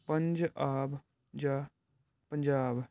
ਪੰਜ ਆਬ ਜਾਂ ਪੰਜਾਬ